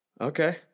Okay